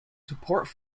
supported